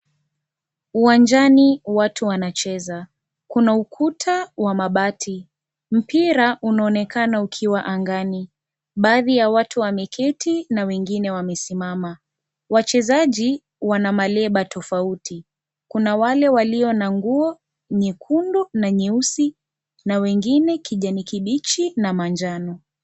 Uwanjani watu wanacheza kuna ukuta wa mabati mpira unaonekana ukiwa angani baadhi ya watu wameketi na wengine wamesimama wachezaji wana maleba tofauti kuna wale walio na nguo nyekundu na nyeusi na wengine kijani kibichi na manjano.